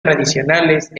tradicionales